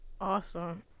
awesome